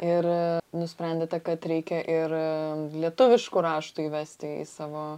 ir nusprendėte kad reikia ir lietuviškų raštų įvesti į savo